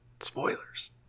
spoilers